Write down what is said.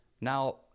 now